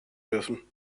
dürfen